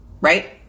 right